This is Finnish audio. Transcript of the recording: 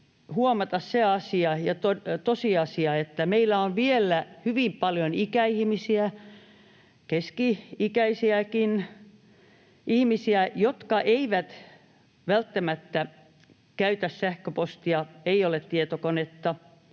huomata se tosiasia, että meillä on vielä hyvin paljon ikäihmisiä, keski-ikäisiäkin ihmisiä, jotka eivät välttämättä käytä sähköpostia, ei ole tietokonetta.